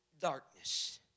darkness